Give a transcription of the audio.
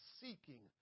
seeking